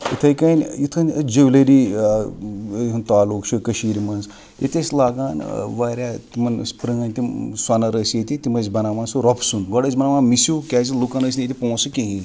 یِتھَے کٔنۍ یِتھ کٔنۍ جِولٔری ہُنٛد تعلُق چھُ کٔشیٖرِ منٛز ییٚتہِ ٲسۍ لاگان واریاہ تِمَن ٲسۍ پرٛٲنۍ تِم سۄنَر ٲسۍ ییٚتہِ تِم ٲسۍ بَناوان سُہ رۄپُہ سُنٛد گۄڈٕ ٲسۍ بَناوان مِسِو کیٛازِ لُکَن ٲسۍ نہٕ ییٚتہِ پونٛسہٕ کِہیٖنۍ